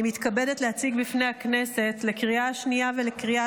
אני מתכבדת להציג בפני הכנסת לקריאה השנייה ולקריאה